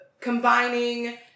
combining